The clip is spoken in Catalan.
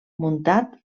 muntat